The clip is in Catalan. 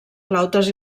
flautes